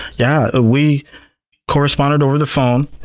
yeah ah we corresponded over the phone,